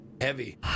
heavy